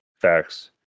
Facts